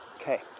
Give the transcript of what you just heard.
Okay